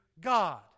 God